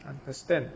understand